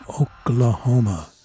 Oklahoma